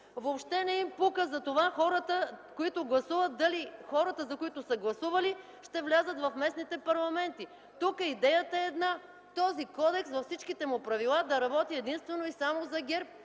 Въобще не им пука дали хората, за които са гласували, ще влязат в местните парламенти. Тук идеята е една – този кодекс с всичките му правила да работи единствено и само за ГЕРБ.